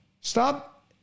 Stop